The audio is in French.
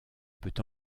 peut